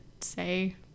say